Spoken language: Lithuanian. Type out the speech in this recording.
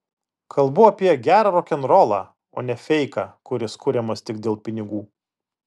kalbu apie gerą rokenrolą o ne feiką kuris kuriamas tik dėl pinigų